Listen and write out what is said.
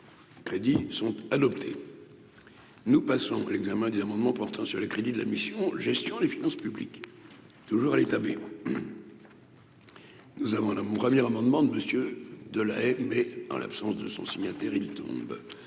crédit sont adoptés, nous passons à l'examen des amendements portant sur les crédits de la mission Gestion des finances publiques, toujours à l'. Les. Nous avons nos mon premier amendement de monsieur de lait, mais en l'absence de son signataire, ils tombent